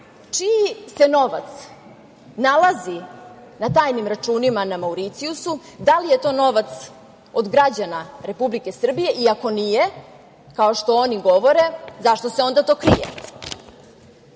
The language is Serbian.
čiji se novac nalazi na tajnim računima na Mauricijusu? Da li je to novac od građana Republike Srbije i ako nije, kao što oni govore, zašto se onda to krije? Mnogi